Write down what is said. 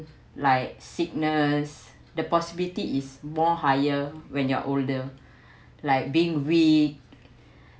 like signals the possibility is more higher when you're older like been we